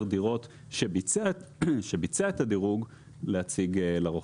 דירות שביצע את הדירוג להציג לרוכש.